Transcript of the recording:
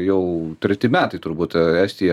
jau treti metai turbūt estija